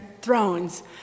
thrones